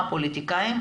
הפוליטיקאים,